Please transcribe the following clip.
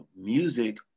music